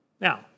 Now